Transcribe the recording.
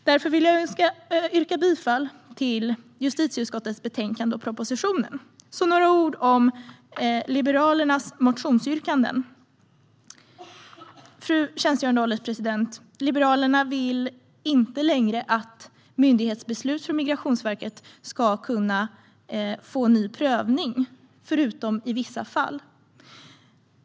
Jag vill därför yrka bifall till förslaget i justitieutskottets betänkande och propositionen. Låt mig avsluta med några ord om Liberalernas motionsyrkanden, fru ålderspresident. Liberalerna vill inte längre att myndighetsbeslut från Migrationsverket ska kunna få en ny prövning, förutom i vissa fall.